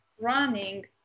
running